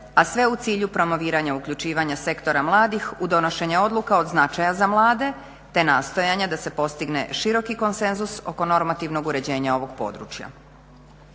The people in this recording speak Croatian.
a sve u cilju promoviranja uključivanja sektora mladih u donošenje odluka od značaja za mlade te nastojanja da se postigne široki konsenzus oko normativnog uređenja ovog područja.